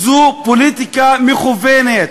זו פוליטיקה מכוונת.